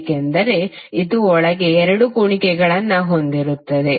ಏಕೆಂದರೆ ಇದು ಒಳಗೆ 2 ಕುಣಿಕೆಗಳನ್ನು ಹೊಂದಿರುತ್ತದೆ